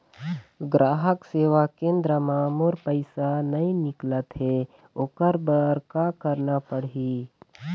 ग्राहक सेवा केंद्र म मोर पैसा नई निकलत हे, ओकर बर का करना पढ़हि?